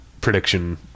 prediction